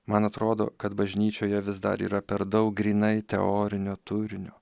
man atrodo kad bažnyčioje vis dar yra per daug grynai teorinio turinio